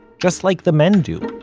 just like the men do.